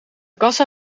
kassa